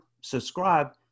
subscribe